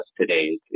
today